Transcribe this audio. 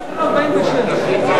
(תיקון, גובה שכר מינימום),